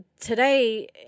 today